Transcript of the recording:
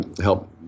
help